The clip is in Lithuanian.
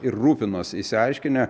ir rūpinosi išsiaiškinę